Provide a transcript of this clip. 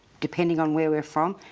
depending on where we're from.